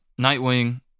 Nightwing